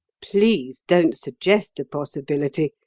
please don't suggest the possibility,